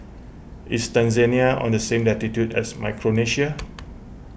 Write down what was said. is Tanzania on the same latitude as Micronesia